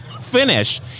finish